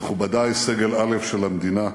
מכובדי סגל א' של המדינה,